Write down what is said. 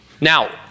Now